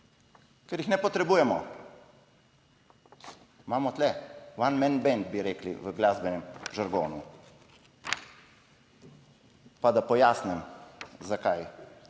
ker jih ne potrebujemo. Imamo tukaj one man band bi rekli v glasbenem žargonu. Pa da pojasnim zakaj,